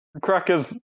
Crackers